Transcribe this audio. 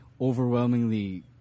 overwhelmingly